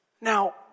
Now